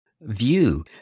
view